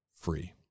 free